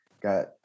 got